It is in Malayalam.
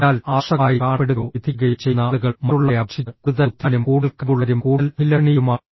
അതിനാൽ ആകർഷകമായി കാണപ്പെടുകയോ വിധിക്കുകയോ ചെയ്യുന്ന ആളുകൾ മറ്റുള്ളവരെ അപേക്ഷിച്ച് കൂടുതൽ ബുദ്ധിമാനും കൂടുതൽ കഴിവുള്ളവരും കൂടുതൽ അഭിലഷണീയരുമാണ്